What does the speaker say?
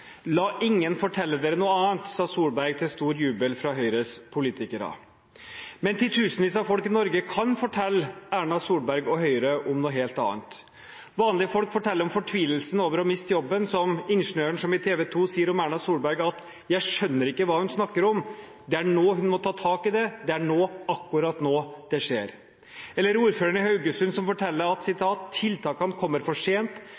la noen fortelle dere noe annet», sa Solberg, til stor jubel fra Høyres politikere. Men titusenvis av folk i Norge kan fortelle Erna Solberg og Høyre om noe helt annet. Vanlige folk forteller om fortvilelsen over å miste jobben, som ingeniøren som til TV 2 sier om Erna Solberg: «Jeg skjønner ikke hva hun snakker om. Det er nå hun må ta tak i det. Det er nå, akkurat nå, det skjer.» Eller ordføreren i Haugesund, som forteller at «tiltakene kommer for sent,